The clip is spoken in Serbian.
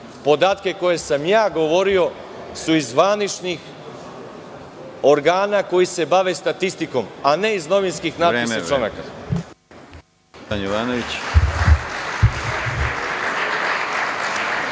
podatke koje sam ja govorio su iz zvaničnih organa koji se bave statistikom, a ne iz novinskih natpisa i članaka.